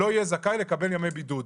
לא יהיה זכאי לקבל ימי בידוד.